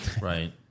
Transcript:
Right